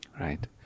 Right